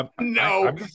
no